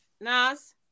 Nas